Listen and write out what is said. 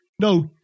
No